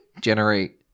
generate